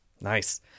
Nice